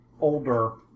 older